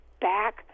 back